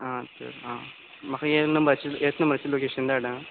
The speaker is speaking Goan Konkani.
आं तें आं म्हाका हे नंबराचेर हेच नंबराचेर लोकेशन धाड आं